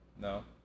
No